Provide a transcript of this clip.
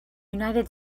united